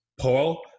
Paul